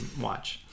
watch